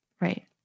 Right